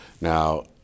Now